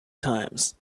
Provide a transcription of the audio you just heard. times